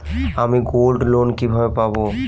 আমি গোল্ডলোন কিভাবে পাব?